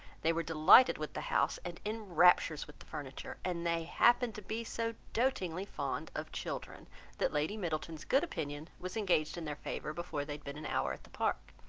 they were delighted with the house, and in raptures with the furniture, and they happened to be so doatingly fond of children that lady middleton's good opinion was engaged in their favour before they had been an hour at the park.